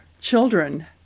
children